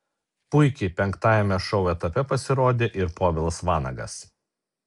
puikiai penktajame šou etape pasirodė ir povilas vanagas